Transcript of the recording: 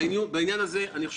גפני,